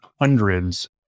hundreds